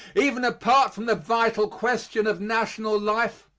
even apart from the vital question of national life,